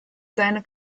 seine